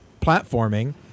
platforming